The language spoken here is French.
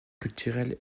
culturel